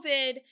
COVID